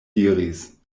diris